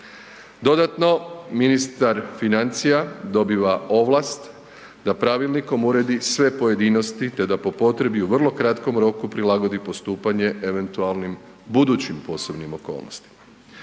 Dodatno, ministar financija dobiva ovlast da pravilnikom uredi sve pojedinosti te da po potrebi u vrlo kratkom roku prilagodi postupanje eventualnim budućim posebnim okolnostima.